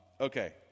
okay